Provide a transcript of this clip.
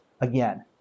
Again